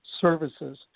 services